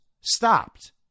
stopped